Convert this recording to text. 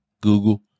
Google